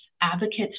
advocates